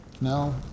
No